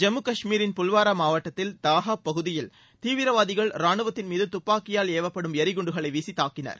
ஜம்மு காஷ்மீரின் புல்வாரா மாவட்டத்தில் தாஹாப் பகுதியில் தீவிரவாதிகள் ரானுவத்தின் மீது துப்பாக்கியால் ஏவப்படும் எறிகுண்டுகளை வீசித்தாக்கினர்